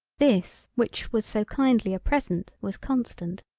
this which was so kindly a present was constant.